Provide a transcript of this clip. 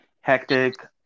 hectic